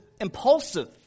impulsive